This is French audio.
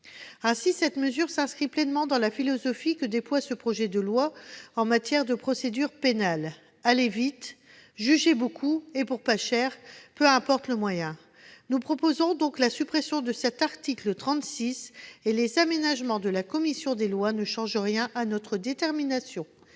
fait, cette mesure s'inscrit pleinement dans la philosophie que déploie ce projet de loi en matière de procédure pénale : aller vite, juger beaucoup et pour pas cher, peu importe le moyen ! Nous proposons par conséquent la suppression de l'article 36, les aménagements apportés par la commission des lois ne changeant rien à notre détermination.